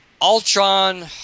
Ultron –